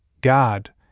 God